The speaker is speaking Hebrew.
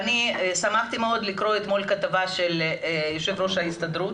שמחתי מאוד לקרוא אתמול כתבה של יו"ר ההסתדרות